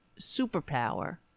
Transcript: superpower